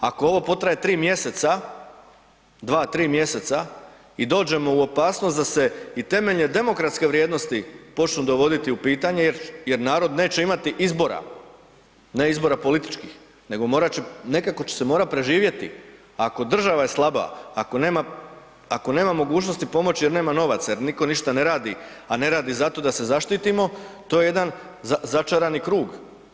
Ako ovo potraje 3 mjeseca, 2, 3 mjeseca i dođemo u opasnost da se i temeljne demokratske vrijednosti počnu dovoditi u pitanje jer narod neće imati izbora, ne izbora političkih nego morat će se, nekako će morati preživjeti, ako država je slaba, ako nema mogućnosti pomoći jer nema novaca jer nitko ništa ne radi, a ne radi zato da se zaštitimo to je jedan začarani krug.